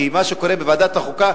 כי מה שקורה בוועדת החוקה,